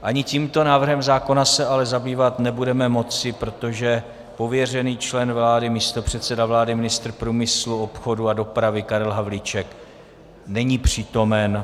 Ani tímto návrhem zákona se ale nebudeme moci zabývat, protože pověřený člen vlády, místopředseda vlády, ministr průmyslu, obchodu a dopravy Karel Havlíček není přítomen.